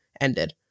ended